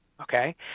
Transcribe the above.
okay